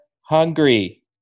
hungry